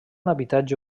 habitatge